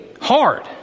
hard